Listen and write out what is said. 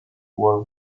war